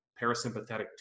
parasympathetic